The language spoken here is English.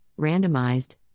randomized